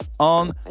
on